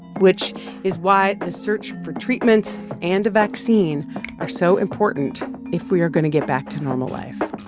which is why the search for treatments and a vaccine are so important if we are going to get back to normal life